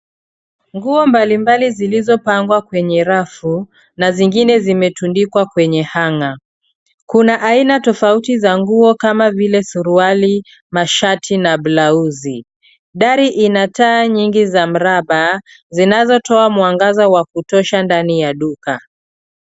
Nguo mbalimbali zilizopangwa kwenye rafu na zingine zimetundikwa kwenye hanger . Kuna aina tofauti za nguo kama vile suruali, mashati na blauzi. Dari ina taa nyingi za mraba zinazotoa mwangaza wa kutosha ndani ya duka.